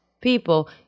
people